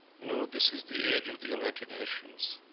no, this is the age of the united nations.